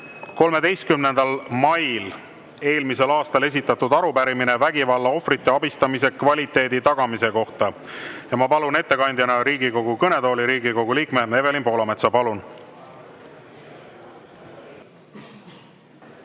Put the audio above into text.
13. mail eelmisel aastal esitatud arupärimine vägivalla ohvrite abistamise kvaliteedi tagamise kohta. Ma palun ettekandjana Riigikogu kõnetooli Riigikogu liikme Evelin Poolametsa.